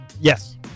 Yes